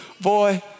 Boy